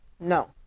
no